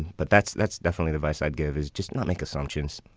but that's that's definitely advice i'd give is just not make assumptions.